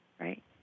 right